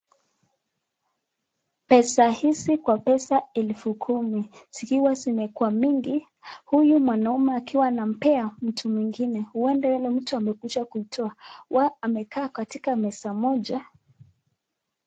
Pesa hizi kwa pesa elfu kumi zikiwa zimeekwa mingi, huyu mwanaume akiwa anampea mtu mwingine , huenda huyo mtu amekuja kuitoa. Wao wamekaa katika meza moja.